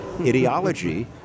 ideology